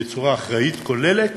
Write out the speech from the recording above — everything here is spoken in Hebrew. בצורה אחראית כוללת,